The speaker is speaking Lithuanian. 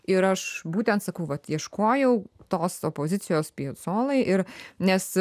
ir aš būtent sakau vat ieškojau tos opozicijos piacolai ir nes